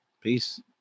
Peace